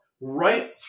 right